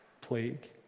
plague